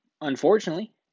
unfortunately